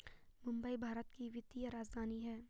मुंबई भारत की वित्तीय राजधानी है